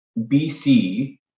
BC